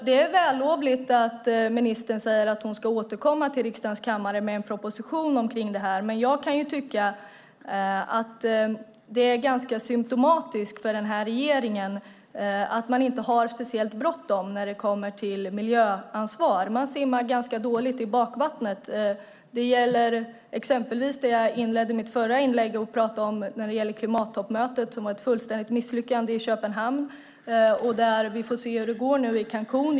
Det är vällovligt av ministern att säga att hon ska återkomma till riksdagen med en proposition om detta, men jag kan tycka att det är ganska symtomatiskt för regeringen att inte ha speciellt bråttom när det kommer till miljöansvar. Man simmar ganska dåligt i bakvattnet. Det gäller exempelvis det som jag inledde mitt förra inlägg med, klimattoppmötet i Köpenhamn som var ett fullständigt misslyckande. Vi får väl se hur det går i Cancún.